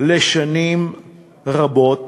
לשנים רבות.